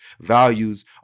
values